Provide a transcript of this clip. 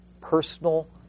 personal